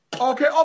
Okay